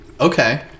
Okay